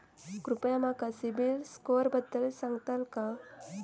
कृपया माका सिबिल स्कोअरबद्दल सांगताल का?